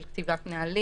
של כתיבת נהלים,